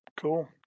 Cool